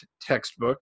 textbook